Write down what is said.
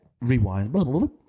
Rewind